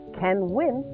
can-win